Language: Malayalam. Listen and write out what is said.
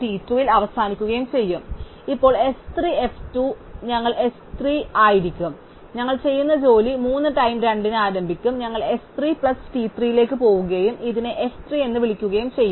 ൽ അവസാനിക്കുകയും ചെയ്യും അതിനാൽ ഇപ്പോൾ s 3 f 2 ആയിരിക്കും ഞങ്ങൾ ചെയ്യും ജോലി 3 ടൈം 2 ന് ആരംഭിക്കുക ഞങ്ങൾ s 3 പ്ലസ് t 3 ലേക്ക് പോകുകയും ഇതിനെ f 3 എന്ന് വിളിക്കുകയും ചെയ്യും